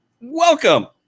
welcome